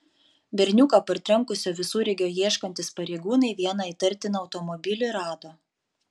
berniuką partrenkusio visureigio ieškantys pareigūnai vieną įtartiną automobilį rado